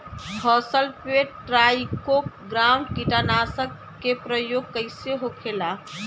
फसल पे trichogramma कीटनाशक के प्रयोग कइसे होखेला?